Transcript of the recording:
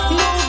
no